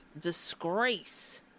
disgrace